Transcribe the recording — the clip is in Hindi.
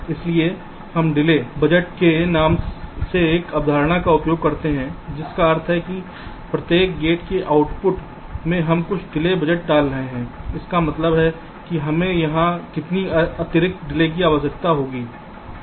इसलिए हम डिले बजट के नाम से एक अवधारणा का उपयोग करते हैं जिसका अर्थ है कि प्रत्येक गेट के आउटपुट में हम कुछ डिले बजट डाल रहे हैं इसका मतलब है हमें वहां कितनी अतिरिक्त डिले की आवश्यकता है